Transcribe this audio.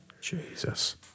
Jesus